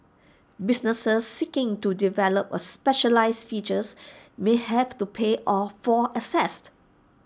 businesses seeking to develop A specialised features may have to pay all for